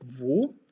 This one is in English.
wo